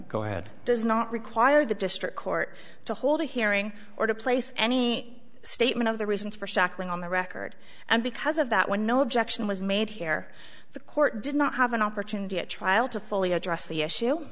go ahead does not require the district court to hold a hearing or to place any statement of the reasons for shackling on the record and because of that when no objection was made here the court did not have an opportunity at trial to fully address the